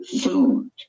food